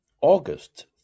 august